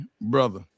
brother